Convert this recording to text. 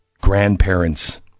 grandparents